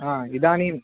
आ इदानीं